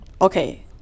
okay